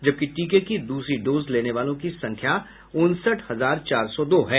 जबकि टीके की दूसरी डोज लेने वालों की संख्या उनसठ हजार चार सौ दो है